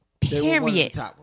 Period